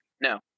No